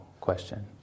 question